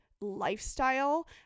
lifestyle